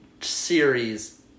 series